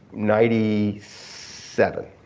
ninety seven.